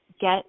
get